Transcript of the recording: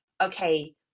okay